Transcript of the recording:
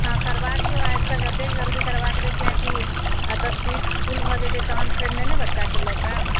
हँ करबा दियौ आबिके जते जल्दी करबा देबै किआकि एतऽ सीट फुल भऽ जेतै तहन फेर नहि ने बच्चाके लऽ पायब